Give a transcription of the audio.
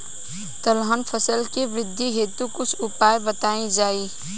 तिलहन फसल के वृद्धी हेतु कुछ उपाय बताई जाई?